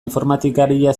informatikaria